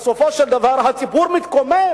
בסופו של דבר הציבור מתקומם,